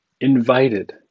invited